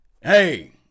Hey